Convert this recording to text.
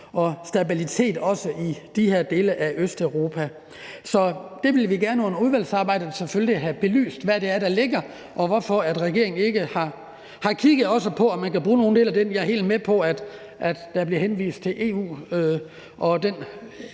og stabilitet, også i de her dele af Østeuropa. Så det vil vi selvfølgelig gerne have belyst under udvalgsarbejdet, altså hvad det er, der ligger i det, og hvorfor regeringen ikke også har kigget på, om man kan bruge nogle dele af det. Jeg er helt med på, at der bliver henvist til EU og den